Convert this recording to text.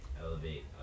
elevate